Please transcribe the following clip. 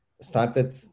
started